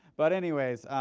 but anyways,